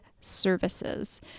services